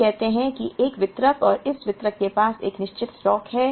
हम कहते हैं कि 1 वितरक और इस वितरक के पास एक निश्चित स्टॉक है